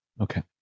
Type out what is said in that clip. okay